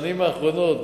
בשנים האחרונות,